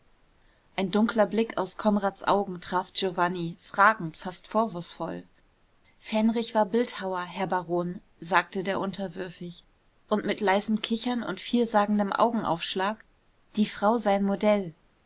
ein dunkler blick aus konrads augen traf giovanni fragend fast vorwurfsvoll fennrich war bildhauer herr baron sagte der unterwürfig und mit leisem kichern und vielsagendem augenaufschlag die frau sein modell